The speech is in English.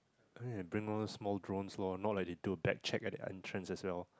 bring one small drone lor not like they'll do a bag check at the entrance as well